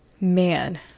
Man